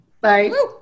Bye